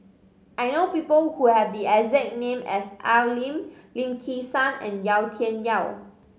I know people who have the exact name as Al Lim Lim Kim San and Yau Tian Yau